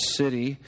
city